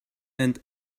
and